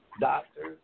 Doctors